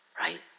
right